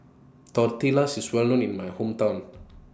Tortillas IS Well known in My Hometown